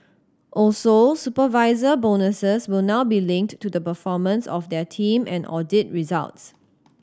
also supervisor bonuses will now be linked to the performance of their team and audit results